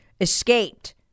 escaped